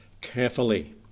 carefully